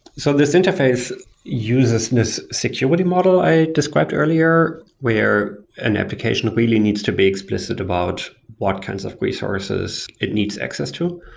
so this interface uses this security model i described earlier, where an application really needs to be explicit about what kinds of resources it needs access to.